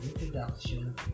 introduction